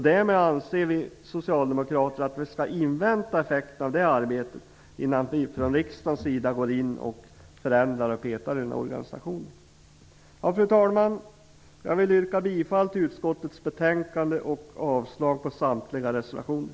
Därmed anser vi socialdemokrater att vi skall invänta effekterna av det arbetet innan vi i riksdagen går in och förändrar och petar i organisationen. Fru talman! Jag vill yrka bifall till hemställan i utskottets betänkande och avslag på samtliga reservationer.